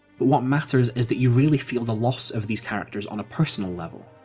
but what matters is that you really feel the loss of these characters on a personal level,